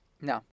No